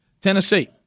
Tennessee